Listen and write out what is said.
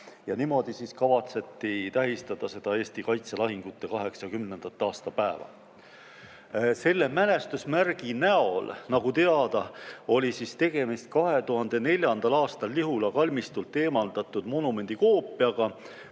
Niimoodi kavatseti tähistada Eesti kaitselahingute 80. aastapäeva. Selle mälestusmärgi näol, nagu teada, oli tegemist 2004. aastal Lihula kalmistult eemaldatud monumendi koopiaga,